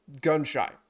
gun-shy